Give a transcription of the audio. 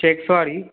checks वारी